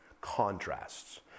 Contrasts